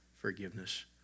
forgiveness